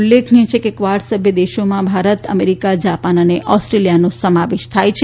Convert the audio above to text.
ઉલ્લેખનીય છે કે કવાડ સભ્ય દેશોમાં ભારત અમેરીકા જાપાન અને ઓસ્ટ્રેલીયાનો સમાવેશ થાય છે